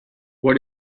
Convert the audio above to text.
what